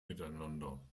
miteinander